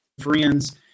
friends